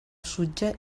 sutja